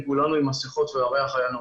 כולנו עם מסיכות והריח היה נורא.